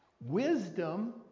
wisdom